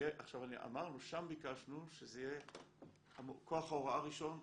שם ביקשנו שזה יהיה כוח ההוראה הראשון,